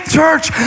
church